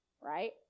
Right